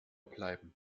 bleiben